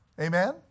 Amen